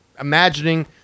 imagining